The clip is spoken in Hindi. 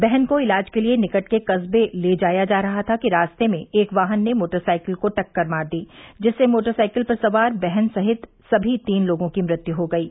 बहन को इलाज के लिए निकट के कस्बे ले जाया जा रहा था कि रास्ते में एक वाहन ने मोटरसाइकिल को टक्कर मार दी जिससे मोटरसाइकिल पर सवार बहन समेत सभी तीन लोगों की मृत्यु हो गयी